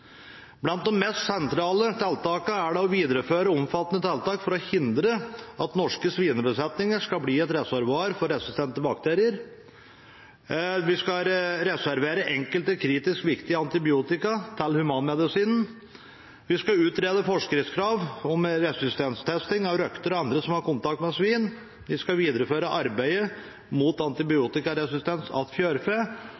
Blant det mest sentrale er å videreføre omfattende tiltak for å hindre at norske svinebesetninger skal bli et reservoar for resistente bakterier. Vi skal reservere enkelte kritisk viktige antibiotika til humanmedisinen. Vi skal utrede forskriftskrav om resistenstesting av røktere og andre som har kontakt med svin. Vi skal videreføre arbeidet mot